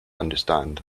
understand